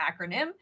acronym